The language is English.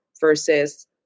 versus